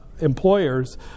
employers